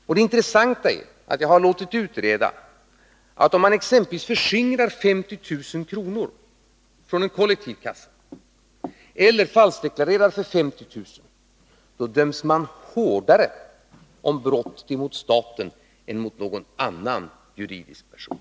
Och jag har låtit utreda — och det är det intressanta — att om man exempelvis förskingrar 50 000 kr. från en kollektiv kassa eller falskdeklarerar för 50 000 kr., då döms man hårdare för brott mot staten än mot någon annan juridisk person.